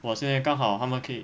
我现在刚好他们可以